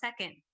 second